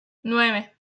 nueve